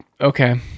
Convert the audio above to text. okay